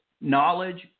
knowledge